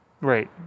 Right